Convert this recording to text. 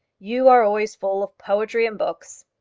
you are always full of poetry and books.